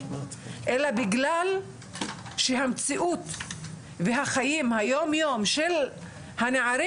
אלא בגלל שהמציאות והחיים היום יום של הנערים